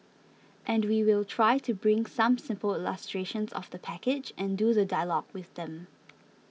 and we will try to bring some simple illustrations of the package and do the dialogue with them